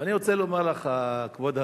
אני רוצה לומר לך, כבוד השר: